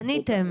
פניתם.